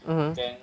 mmhmm